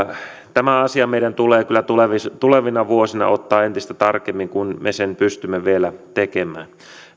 tämä asia meidän tulee kyllä tulevina tulevina vuosina ottaa entistä tarkemmin kun me sen pystymme vielä tekemään